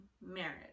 marriage